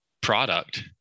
product